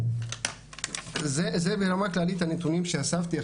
זה ברמה כללית הנתונים שאספתי.